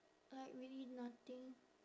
like really nothing